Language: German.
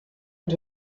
und